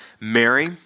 Mary